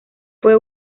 fue